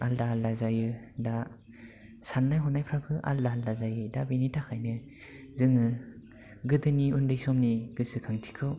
आलादा आलादा जायो दा साननाय हनायफ्राबो आलदा आलदा जायो दा बेनि थाखायनो जोङो गोदोनि उन्दै समनि गोसोखांथिखौ